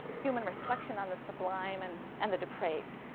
human reflection on the sublime and and the depraved.